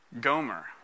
Gomer